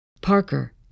Parker